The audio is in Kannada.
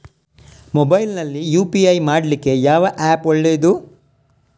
ಮೊಬೈಲ್ ನಲ್ಲಿ ಯು.ಪಿ.ಐ ಮಾಡ್ಲಿಕ್ಕೆ ಯಾವ ಆ್ಯಪ್ ಒಳ್ಳೇದು?